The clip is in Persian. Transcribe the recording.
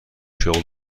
شغل